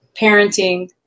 parenting